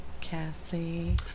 Cassie